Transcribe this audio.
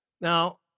Now